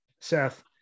Seth